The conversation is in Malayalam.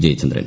ജയചന്ദ്രൻ